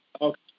Okay